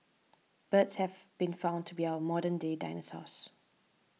birds have been found to be our modern day dinosaurs